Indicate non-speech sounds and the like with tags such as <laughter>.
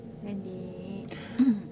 then they <coughs>